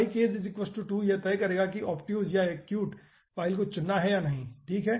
icase 2 यह तय करेगा कि ऑबट्यूज या एक्यूट फाइल को चुनना है या नहीं ठीक है